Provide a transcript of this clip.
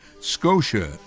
Scotia